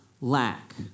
lack